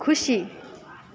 खुसी